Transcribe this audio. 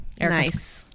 nice